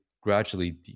gradually